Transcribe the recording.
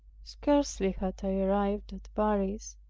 scarcely had i arrived at paris,